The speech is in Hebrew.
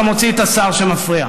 שאתה מוציא את השר שמפריע.